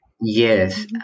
Yes